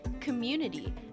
community